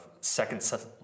second